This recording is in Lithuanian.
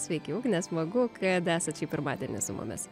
sveiki ugne smagu kad esat šį pirmadienį su mumis